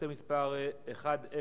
שאילתא מס' 1082,